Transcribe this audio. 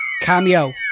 Cameo